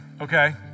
okay